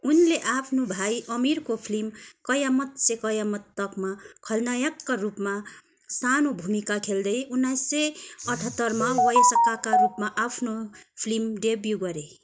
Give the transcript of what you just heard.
उनले आफ्नो भाइ आमिरको फिल्म कयामत से कयामत तकमा खलनायकका रूपमा सानो भूमिका खेल्दै उन्नाइस सय अठहत्तरमा वयस्कका रूपमा आफ्नो फिल्म डेब्यू गरे